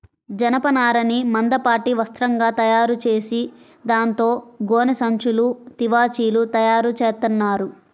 జనపనారని మందపాటి వస్త్రంగా తయారుచేసి దాంతో గోనె సంచులు, తివాచీలు తయారుచేత్తన్నారు